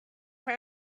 for